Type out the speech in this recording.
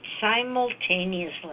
simultaneously